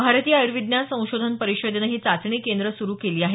भारतीय आयुर्विज्ञान संशोधन परिषदेनं ही चाचणी केंद्र सुरू केली आहेत